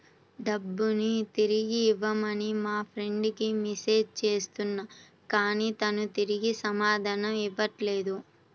డబ్బుని తిరిగివ్వమని మా ఫ్రెండ్ కి మెసేజ్ చేస్తున్నా కానీ తాను తిరిగి సమాధానం ఇవ్వట్లేదు